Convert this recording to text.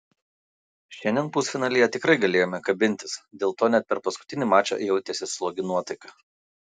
šiandien pusfinalyje tikrai galėjome kabintis dėl to net per paskutinį mačą jautėsi slogi nuotaika